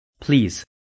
please